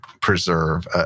preserve